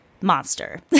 monster